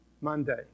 Monday